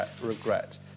regret